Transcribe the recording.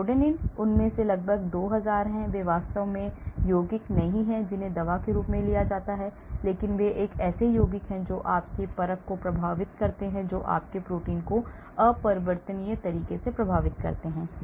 तो रोडानिन उनमें से लगभग 2000 हैं इसलिए वे वास्तव में नहीं हैं यौगिक जिन्हें दवा के रूप में लिया जा सकता है लेकिन ये ऐसे यौगिक हैं जो आपके परख को प्रभावित करते हैं जो आपके प्रोटीन को अपरिवर्तनीय तरीके से प्रभावित करते हैं